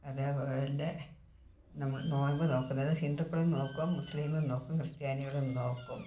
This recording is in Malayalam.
അതുപോലെ നമ്മൾ നോയമ്പ് നോക്കുന്നത് ഹിന്ദുക്കളും നോക്കും മുസ്ലീമും നോക്കും ക്രിസ്ത്യാനികളും നോക്കും